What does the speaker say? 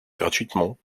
gratuitement